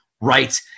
right